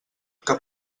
que